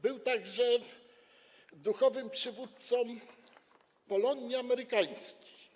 Był także duchowym przywódcą Polonii amerykańskiej.